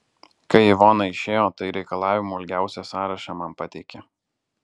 kai ivona išėjo tai reikalavimų ilgiausią sąrašą man pateikė